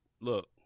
Look